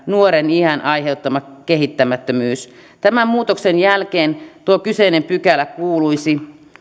nuoren iän aiheuttama kehittymättömyys tämän muutoksen jälkeen tuo kyseinen pykälä kuuluisi seuraavasti